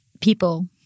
people